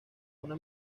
una